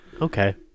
Okay